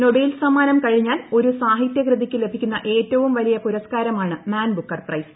Nobel സമ്മാനം കഴിഞ്ഞാൽ ഒരു സാഹിതൃകൃതിക്ക് ലഭിക്കുന്ന ഏറ്റവും വലിയ പുരസ്കാരമാണ് മാൻ ബുക്കർ പ്രൈസ്